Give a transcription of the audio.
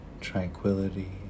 tranquility